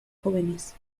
jóvenes